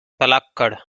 palakkad